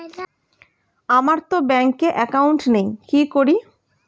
আমারতো ব্যাংকে একাউন্ট নেই কি করি?